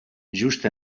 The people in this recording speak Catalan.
just